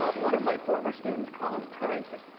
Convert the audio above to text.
ah one of my former students, colin purrington,